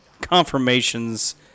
confirmations